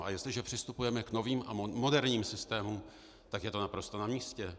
A jestliže přistupujeme k novým a moderním systémům, tak je to naprosto namístě.